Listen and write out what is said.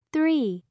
Three